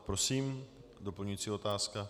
Prosím, doplňující otázka.